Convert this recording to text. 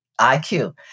IQ